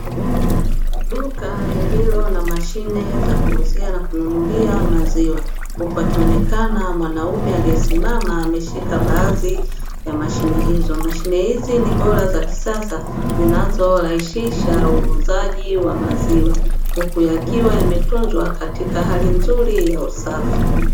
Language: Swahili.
Duka lililo na mashine za kuuzia na kununulia maziwa, huku akionekana mwanaume aliyesimama, ameshika baadhi ya mashine hizo. Mashine hizi ni bora za kisasa zinazorahisisha uuzaji wa maziwa, huku yakiwa yametunzwa katika hali nzuri ya usafi.